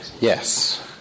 Yes